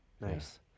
Nice